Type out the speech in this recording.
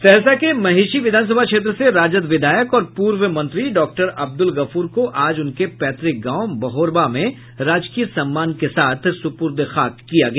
सहरसा के महिषी विधानसभा क्षेत्र से राजद विधायक और पूर्व मंत्री डॉक्टर अब्दुल गफूर को आज उनके पैतृक गांव बहोरबा में राजकीय सम्मान के साथ सुपुर्द ए खाक किया गया